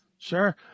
Sure